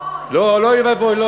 אוי ואבוי, אוי ואבוי.